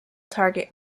target